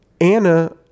Anna